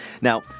Now